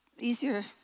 easier